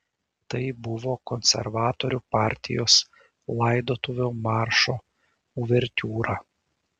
tai buvo konservatorių partijos laidotuvių maršo uvertiūra